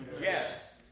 Yes